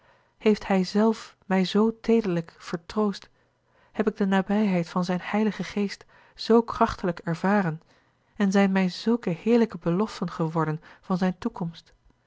heeft hij zelf mij zoo teederlijk vertroost heb ik de nabijheid van zijn heiligen geest zoo krachtiglijk ervaren en zijn mij zulke heerlijke beloften geworden van zijne toekomst